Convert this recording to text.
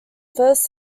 first